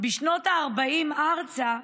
בשנות ה-40 ארצה.